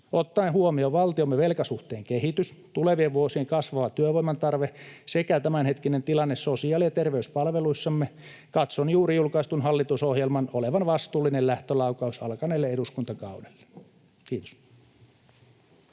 Ottaen huomioon valtiomme velkasuhteen kehityksen, tulevien vuosien kasvavan työvoiman tarpeen sekä tämänhetkisen tilanteen sosiaali- ja terveyspalveluissamme katson juuri julkaistun hallitusohjelman olevan vastuullinen lähtölaukaus alkaneelle eduskuntakaudelle. — Kiitos.